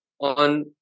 on